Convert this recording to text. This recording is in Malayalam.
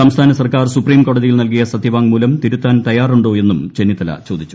സംസ്ഥാന സർക്കാർ സൂപ്രീം കോടതിയിൽ നൽകിയ സത്യവാങ്മൂലം തിരുത്താൻ തയ്യാറുണ്ടോ എന്നും ചെന്നിത്തല ചോദിച്ചു